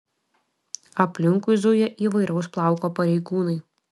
aplinkui zuja įvairaus plauko pareigūnai